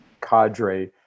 cadre